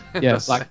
Yes